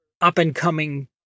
up-and-coming